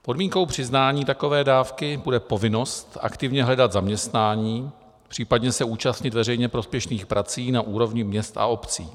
Podmínkou přiznání takové dávky bude povinnost aktivně hledat zaměstnání, případně se účastnit veřejně prospěšných prací na úrovni měst a obcí.